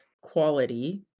quality